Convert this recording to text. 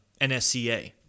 NSCA